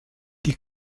die